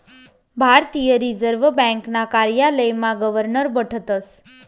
भारतीय रिजर्व ब्यांकना कार्यालयमा गवर्नर बठतस